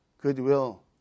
goodwill